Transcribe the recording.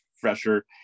fresher